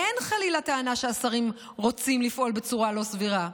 אין חלילה טענה שהשרים רוצים לפעול בצורה לא סבירה,